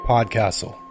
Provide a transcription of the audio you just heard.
Podcastle